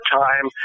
time